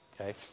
okay